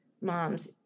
moms